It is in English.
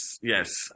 yes